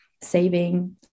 saving